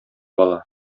бала